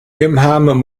imam